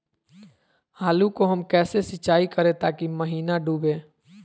आलू को हम कैसे सिंचाई करे ताकी महिना डूबे?